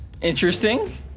interesting